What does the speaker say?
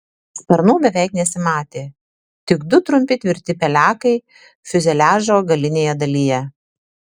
sparnų beveik nesimatė tik du trumpi tvirti pelekai fiuzeliažo galinėje dalyje